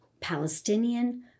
Palestinian